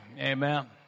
Amen